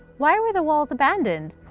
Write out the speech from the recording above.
why were the walls abandoned?